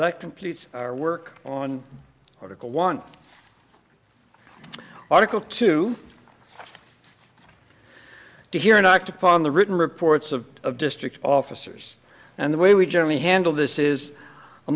that completes our work on article one article two to hear and act upon the written reports of of district officers and the way we generally handle this is a